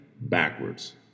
backwards